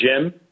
Jim